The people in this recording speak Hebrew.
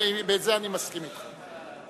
בזה אני מסכים אתך.